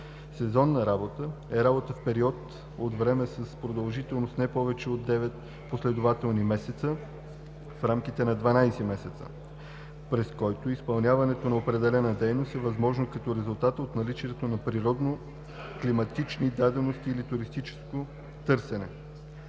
„Сезонна работа“ е работа в период от време с продължителност не повече от 9 последователни месеца в рамките на 12 месеца, през който изпълняването на определени дейности е възможно като резултат от наличието на природно-климатични дадености или туристическо търсене.“